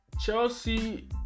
Chelsea